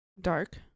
Dark